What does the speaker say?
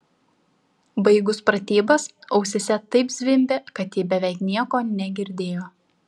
baigus pratybas ausyse taip zvimbė kad ji beveik nieko negirdėjo